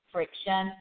Friction